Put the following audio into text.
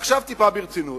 עכשיו ברצינות.